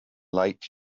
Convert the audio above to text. lake